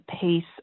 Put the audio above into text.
pace